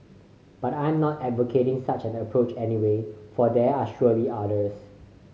but I am not advocating such an approach anyway for there are surely others